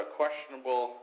questionable